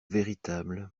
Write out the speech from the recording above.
véritable